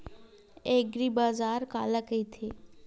एग्रीबाजार काला कइथे?